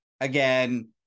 again